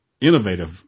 innovative